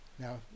Now